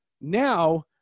now